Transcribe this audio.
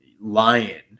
lion